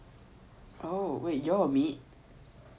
oh wait you all will meet